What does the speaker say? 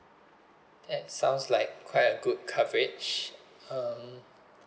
that sounds like quite a good coverage um